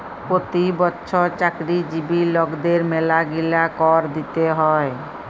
পতি বচ্ছর চাকরিজীবি লকদের ম্যালাগিলা কর দিতে হ্যয়